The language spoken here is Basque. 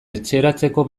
etxeratzeko